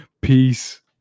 Peace